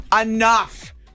Enough